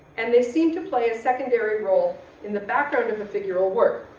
and they seem to play a secondary role in the background of the figural work,